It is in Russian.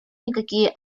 никакие